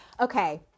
Okay